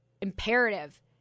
imperative